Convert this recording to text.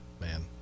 Man